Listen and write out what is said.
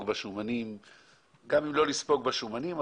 בשומנים וגם אם לא לספוג בשומנים,